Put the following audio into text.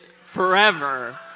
forever